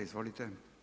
Izvolite.